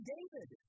David